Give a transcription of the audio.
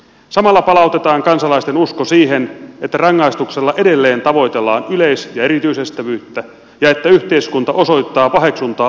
samalla palautetaan kansalaisten usko siihen että rangaistuksella edelleen tavoitellaan yleis ja erityisestävyyttä ja että yhteiskunta osoittaa paheksuntaa oikeuden loukkaajia kohtaan